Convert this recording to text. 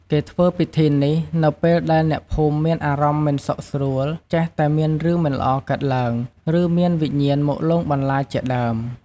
គេធ្វើពិធីនេះ នៅពេលដែលអ្នកភូមិមានអារម្មណ៍មិនសុខស្រួល ចេះតែមានរឿងមិនល្អកើតឡើង ឬមានវិញ្ញាណមកលងបន្លាចជាដើម។